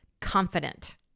confident